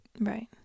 Right